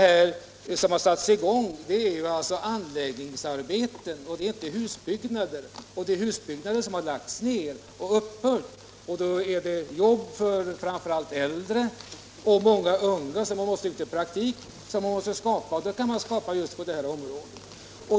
Vad som satts i gång är anläggningsarbeten och inte husbyggen — husbyggen har lagts ned och upphört. Då behövs det jobb för framför allt äldre och många unga som måste ha praktik, och det kan man skapa just på detta område.